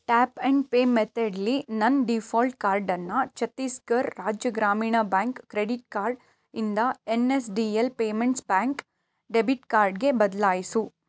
tap and pay ಮೆತಡಲ್ಲಿ ನನ್ನ default ಕಾರ್ಡನ್ನು Chhattisgarh Rajya Gramin bank credit card ಇಂದ N S D L payments bank debit ಕಾರ್ಡ್ಗೆ ಬದಲಾಯ್ಸು